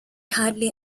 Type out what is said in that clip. hardly